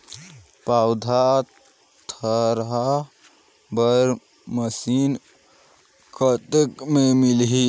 पौधा थरहा बर मशीन कतेक मे मिलही?